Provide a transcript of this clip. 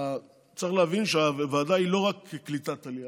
צריך להבין שהוועדה היא לא רק קליטת עלייה,